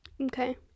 okay